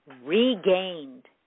regained